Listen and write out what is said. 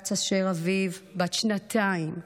כץ אשר אביב, בת שנתיים,